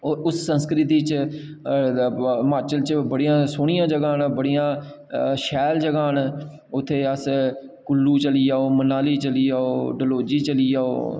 उस संस्कृति च ओह्दे हिमाचल च बड़ियां जगहां न शैल जगहां न उत्थै अस कुल्लू चली जाओ मनाली चली जाओ डल्हौजी चली जाओ